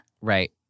Right